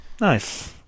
Nice